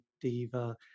diva